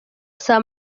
saa